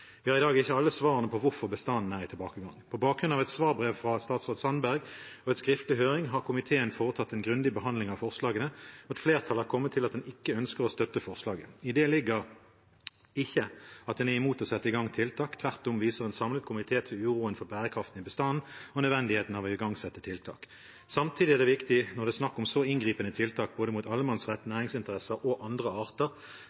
Vi har i dag ikke alle svarene på hvorfor bestanden er i tilbakegang. På bakgrunn av et svarbrev fra statsråd Sandberg og en skriftlig høring har komiteen foretatt en grundig behandling av forslagene, og et flertall har kommet til at en ikke ønsker å støtte forslaget. I det ligger ikke at en er imot å sette i gang tiltak, tvert om viser en samlet komité til uroen for bærekraften i bestanden og nødvendigheten av å igangsette tiltak. Samtidig er det viktig – når det er snakk om så inngripende tiltak mot både